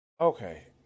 okay